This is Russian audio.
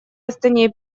астане